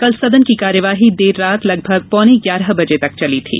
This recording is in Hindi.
कल सदन की कार्यवाही देर रात लगभग पौने ग्यारह बजे तक चली थी